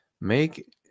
Make